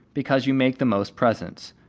because you make the most presents.